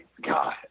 god